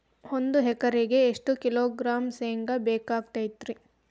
ಒಂದು ಎಕರೆಗೆ ಎಷ್ಟು ಕಿಲೋಗ್ರಾಂ ಶೇಂಗಾ ಬೇಕಾಗತೈತ್ರಿ?